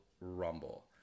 Rumble